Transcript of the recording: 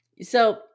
So-